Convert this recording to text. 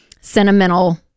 sentimental